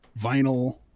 vinyl